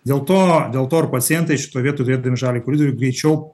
dėl to dėl to ir pacientai šitoj vietoj turėdami žaliąjį kolidorių greičiau